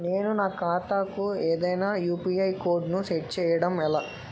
నేను నా ఖాతా కు ఏదైనా యు.పి.ఐ కోడ్ ను సెట్ చేయడం ఎలా?